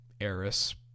heiress